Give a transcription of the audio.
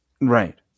Right